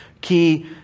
key